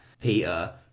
Peter